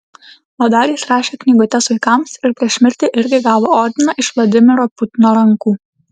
o dar jis rašė knygutes vaikams ir prieš mirtį irgi gavo ordiną iš vladimiro putino rankų